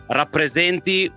rappresenti